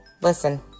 listen